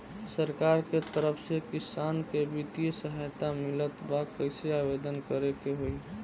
सरकार के तरफ से किसान के बितिय सहायता मिलत बा कइसे आवेदन करे के होई?